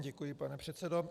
Děkuji, pane předsedo.